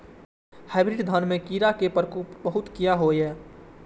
Hybrid धान में कीरा के प्रकोप बहुत किया होया?